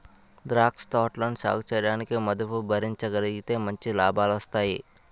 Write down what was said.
ద్రాక్ష తోటలని సాగుచేయడానికి మదుపు భరించగలిగితే మంచి లాభాలొస్తాయి